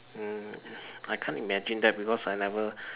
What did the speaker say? mm I can't imagine that because I never